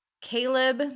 Caleb